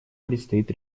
предстоит